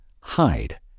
hide